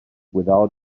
without